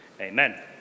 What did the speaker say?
amen